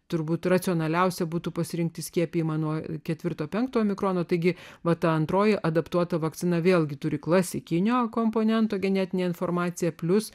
turbūt racionaliausia būtų pasirinkti skiepijimą nuo ketvirto penkto mikrono taigi va ta antroji adaptuota vakcina vėlgi turi klasikinių komponentų genetinė informacija plius